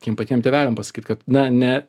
tiem patiem tėveliam pasakyt kad na ne